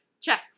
check